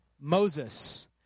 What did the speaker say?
Moses